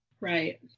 Right